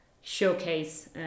showcase